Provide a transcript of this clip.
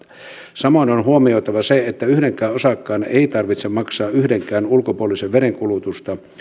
samoin on on huomioitava se että yhdenkään osakkaan ei tarvitse maksaa yhdenkään ulkopuolisen vedenkulutusta